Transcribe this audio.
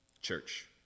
church